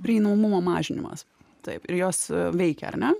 prieinamumo mažinimas taip ir jos veikia ar ne